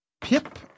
Pip